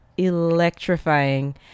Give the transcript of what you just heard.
electrifying